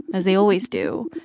as they always do.